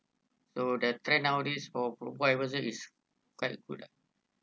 so the trend nowadays for robo advisor is quite good ah